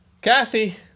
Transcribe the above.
Kathy